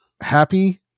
happy